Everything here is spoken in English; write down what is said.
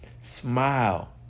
Smile